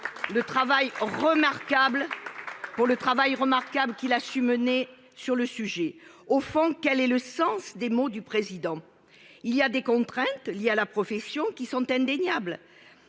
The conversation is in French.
pour le travail remarquable qu'il a su mener sur le sujet au fond quel est le sens des mots du président. Il y a des contraintes liées à la profession qui sont indéniables,